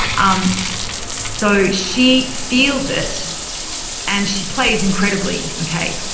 um so she feels it and she plays incredibly, okay?